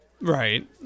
Right